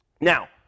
Now